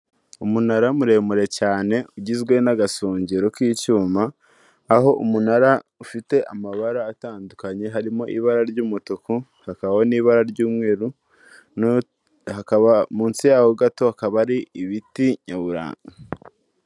Umunara muremure cyane ugizwe n'agasongero k'icyuma, aho umunara ufite amabara atandukanye harimo ibara ry'umutuku, hakaba n'ibara ry'umweru, munsi yaho gato hakaba ari ibiti nyaburanga.